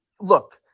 look